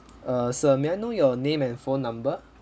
err sir may I know your name and phone number